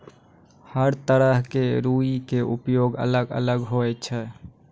हर तरह के रूई के उपयोग अलग अलग होय छै